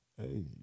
Hey